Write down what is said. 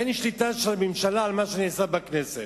אין שליטה של הממשלה על מה שנעשה בכנסת.